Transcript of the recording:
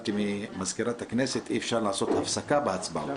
והבנתי ממזכירת הכנסת שאי-אפשר לעשות הפסקה בהצבעות האלה.